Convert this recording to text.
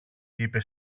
είπε